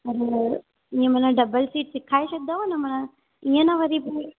ईंअ मन double seat सिखाए छॾदओ न म ईंअ न वरी